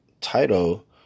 title